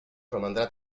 romandrà